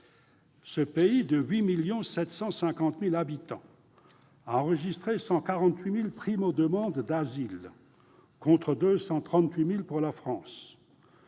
ce pays de 8 750 000 habitants a enregistré 148 000 primo-demandes d'asile, contre 238 000 pour la France.